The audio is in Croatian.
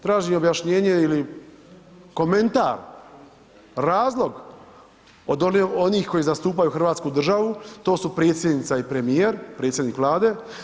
Tražim objašnjenje ili komentar, razlog od onih koji zastupaju hrvatsku državu, to su predsjednica i premijer, predsjednik Vlade.